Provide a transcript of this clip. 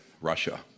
Russia